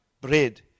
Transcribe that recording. bread